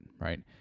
right